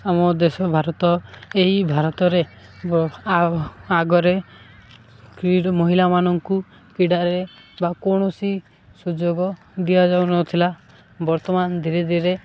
ଆମ ଦେଶ ଭାରତ ଏହି ଭାରତରେ ଆଗ୍ ଆଗରେ ମହିଳାମାନଙ୍କୁ କ୍ରୀଡ଼ାରେ ବା କୌଣସି ସୁଯୋଗ ଦିଆଯାଉନଥିଲା ବର୍ତ୍ତମାନ ଧୀରେ ଧୀରେ